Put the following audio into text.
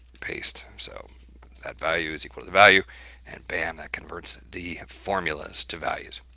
paste so that value is equal to the value and bam that converts the formulas to values.